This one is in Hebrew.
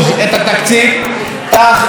תקציב חוק הקולנוע,